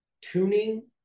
tuning